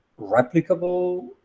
replicable